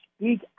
speak